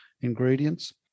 ingredients